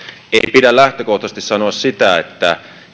pidä lähtökohtaisesti sanoa sitä että